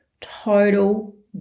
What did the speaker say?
total